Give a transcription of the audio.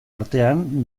artean